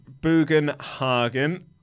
Bugenhagen